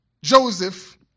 Joseph